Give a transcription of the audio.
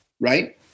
right